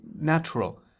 natural